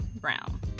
Brown